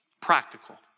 practical